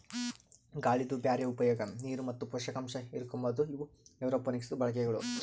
ಗಾಳಿದು ಬ್ಯಾರೆ ಉಪಯೋಗ, ನೀರು ಮತ್ತ ಪೋಷಕಾಂಶ ಹಿರುಕೋಮದು ಇವು ಏರೋಪೋನಿಕ್ಸದು ಬಳಕೆಗಳು